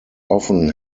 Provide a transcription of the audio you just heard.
often